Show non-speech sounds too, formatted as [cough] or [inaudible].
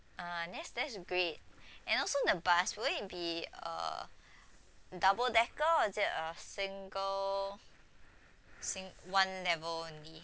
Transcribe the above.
ah that's that's great and also the bus will be a [breath] double decker or is it a single sing~ one level only